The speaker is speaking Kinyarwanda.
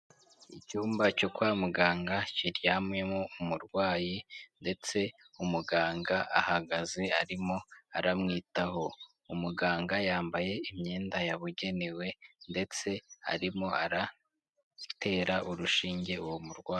Icyumba cyo kwa muganga kiryamyemo umurwayi ndetse umuganga ahagaze arimo aramwitaho. Umuganga yambaye imyenda yabugenewe ndetse arimo aratera urushinge uwo murwayi.